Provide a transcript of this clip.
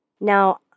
Now